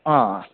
ആ ആ